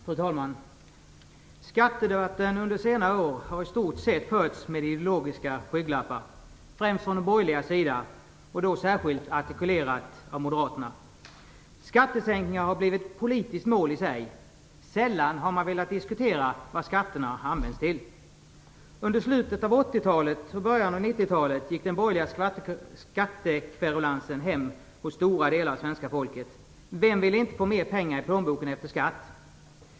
Fru talman! Skattedebatten har under senare år i stort sett förts med hjälp av ideologiska skygglappar, främst från de borgerligas sida och då särskilt artikulerat av Moderaterna. Skattesänkningar har blivit ett politiskt mål i sig. Sällan har man velat diskutera vad skatterna används till. Under slutet av 80-talet och början av 90-talet gick den borgerliga skattekverulansen hem hos stora delar av det svenska folket. Vem ville inte få mer pengar i plånboken efter skatt?